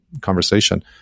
conversation